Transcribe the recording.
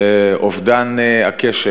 אובדן הקשר